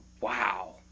wow